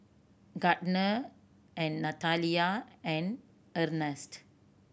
Gardner and Natalia and Ernst